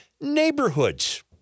neighborhoods